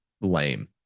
lame